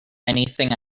anything